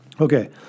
Okay